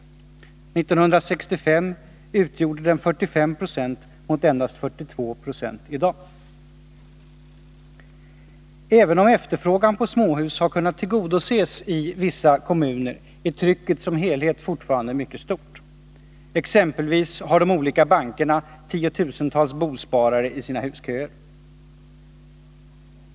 1965 utgjorde den 45 90 mot endast 42 0 i dag. Även om efterfrågan på småhus har kunnat tillgodoses i vissa kommuner är trycket som helhet fortfarande mycket stort. Exempelvis har de olika bankerna tiotusentals bosparare i sina husköer.